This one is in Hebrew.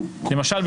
למשל,